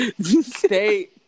stay